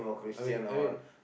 I mean I mean